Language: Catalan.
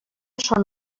són